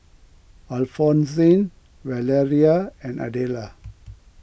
Alphonsine Valeria and Adela